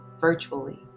virtually